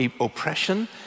oppression